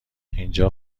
اینجا